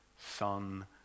Son